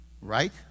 Right